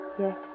Yes